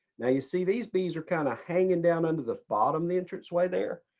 now you see these bees are kind of hanging down under the bottom the entranceway there.